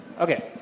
Okay